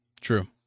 true